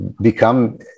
become